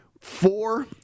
four